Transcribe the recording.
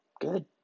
good